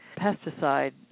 pesticide